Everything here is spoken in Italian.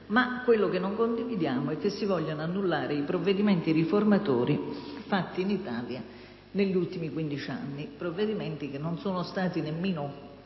ma quello che non condividiamo è che si vogliano annullare i provvedimenti riformatori fatti in Italia negli ultimi quindici anni, che, devo dire, non sono stati nemmeno